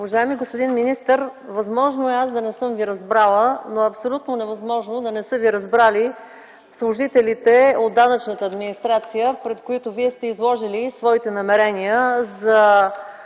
Уважаеми господин министър, възможно е аз да не съм Ви разбрала, но абсолютно невъзможно е да не са Ви разбрали служителите от данъчната администрация, пред които Вие сте изложили своите намерения за